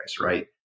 right